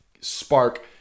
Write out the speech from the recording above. spark